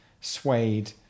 Suede